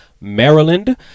maryland